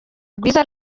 rwiza